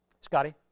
Scotty